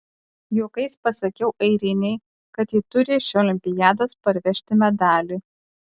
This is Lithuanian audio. juokais pasakiau airinei kad ji turi iš olimpiados parvežti medalį